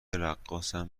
رقاصم